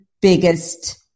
biggest